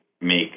make